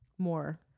More